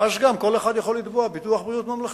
ואז גם כל אחד יכול לתבוע ביטוח בריאות ממלכתי.